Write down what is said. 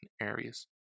areas